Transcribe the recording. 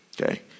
Okay